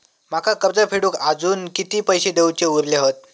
माका कर्ज फेडूक आजुन किती पैशे देऊचे उरले हत?